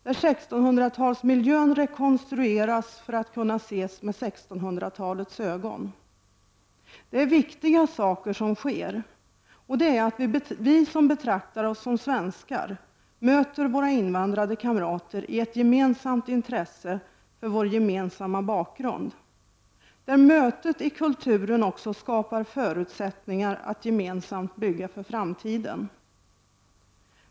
Där rekonstrueras 1600-talsmiljön för att kunna ses med 1600-talets ögon. Det viktiga som där sker är att vi som betraktar oss som svenskar möter våra invandrade kamrater i ett gemensamt intresse för vår gemensamma bakgrund. Där skapar mötet i kulturen också förutsättningar att gemensamt bygga för framtiden.